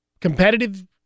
competitive